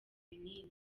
ibinini